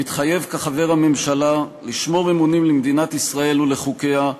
מתחייב כחבר הממשלה לשמור אמונים למדינת ישראל ולחוקיה,